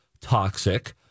toxic